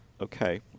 Okay